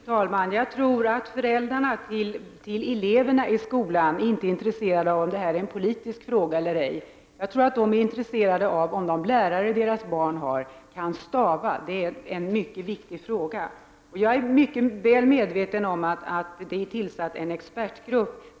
Herr talman! Jag tror inte att föräldrarna till eleverna i skolan är intresserade av om detta är en politisk fråga eller ej, utan de är intresserade av om de lärare deras barn har kan stava — det är en mycket viktig fråga. Jag är mycket väl medveten om att det har tillsatts en arbetsgrupp.